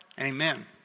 amen